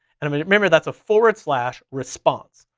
and i mean remember that's a forward slash response.